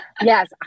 Yes